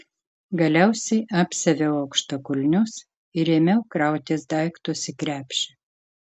galiausiai apsiaviau aukštakulnius ir ėmiau krautis daiktus į krepšį